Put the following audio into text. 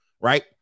right